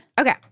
Okay